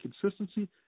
consistency